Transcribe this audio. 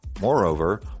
Moreover